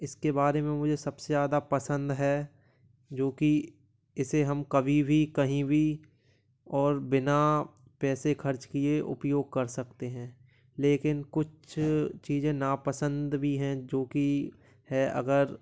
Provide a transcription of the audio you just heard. इसके बारे में मुझे सबसे ज़्यादा पसंद है जो कि इसे हम कभी भी कहीं भी और बिना पैसे खर्च किए उपयोग कर सकते हैं लेकिन कुछ चीज ना पसंद भी है जो कि है अगर